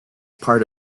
part